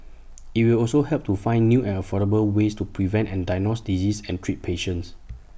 IT will also help to find new and affordable ways to prevent and diagnose diseases and treat patients